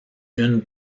une